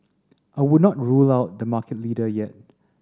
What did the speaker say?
I would not rule out the market leader yet